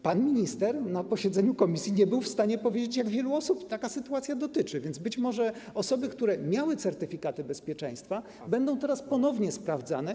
Pan minister na posiedzeniu komisji nie był w stanie powiedzieć, jak wielu osób taka sytuacja dotyczy, więc być może osoby, które miały certyfikaty bezpieczeństwa, będą teraz ponownie sprawdzane.